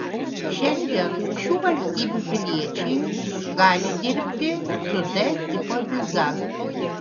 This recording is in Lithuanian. šiandien šių valstybių piliečiai gali dirbti su d tipo viza